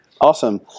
awesome